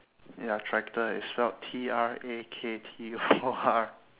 ya tractor is spelled T R A K T O R